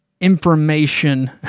information